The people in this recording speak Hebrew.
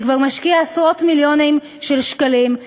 שכבר משקיע עשרות מיליונים של שקלים,